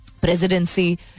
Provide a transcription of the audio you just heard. presidency